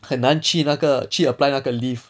很难去那个去 apply 那个 leave